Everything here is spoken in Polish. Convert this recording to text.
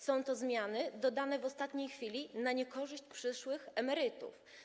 Są to zmiany dodane w ostatniej chwili, na niekorzyść przyszłych emerytów.